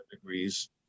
degrees